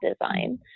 design